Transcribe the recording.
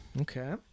Okay